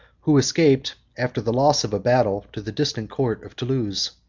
who escaped, after the loss of a battle, to the distant court of thoulouse.